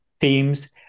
themes